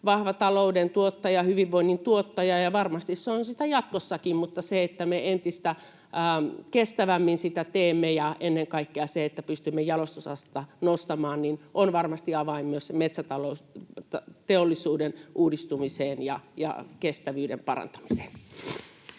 vahva talouden tuottaja, hyvinvoinnin tuottaja, ja varmasti se on sitä jatkossakin. Mutta se, että me entistä kestävämmin sitä teemme, ja ennen kaikkea se, että pystymme jalostusastetta nostamaan, on varmasti avain myös metsätalousteollisuuden uudistumiseen ja kestävyyden parantamiseen.